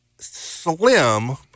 slim